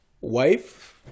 wife